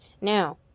now